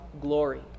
glory